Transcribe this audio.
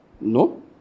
No